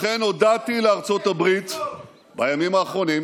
לכן הודעתי לארצות הברית בימים האחרונים